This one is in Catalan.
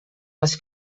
les